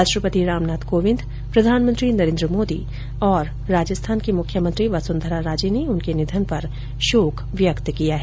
राष्ट्रपति रामनाथ कोविंद प्रधानमंत्री नरेन्द्र मोदी और राजस्थान की मुख्यमंत्री वसुंधरा राजे ने उनके निधन पर शोक व्यक्त किया है